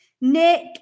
Nick